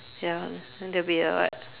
ya then there will be a like